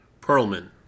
Perlman